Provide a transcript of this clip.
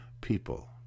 people